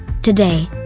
Today